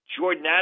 Jordan